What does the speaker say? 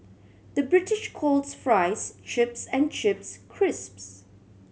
the British calls fries chips and chips crisps